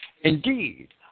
Indeed